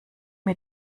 mir